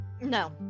no